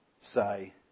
say